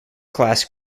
class